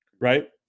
Right